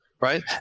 right